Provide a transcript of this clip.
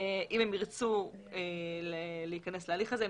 אם הם ירצו להיכנס להליך הזה,